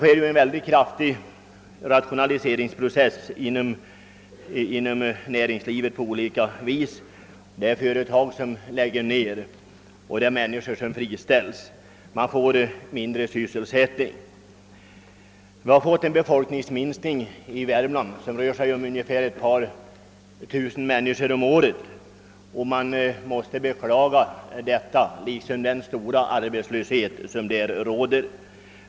En kraftig rationaliseringsprocess äger ju rum inom näringslivet i många avseenden. Företag läggs ned och människor friställs — man får mindre sysselsättning. Befolkningsminskningen i Värmland har varit ungefär ett par tusen människor om året, vilket måste beklagas, liksom den stora arbetslöshet som där råder.